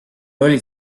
olid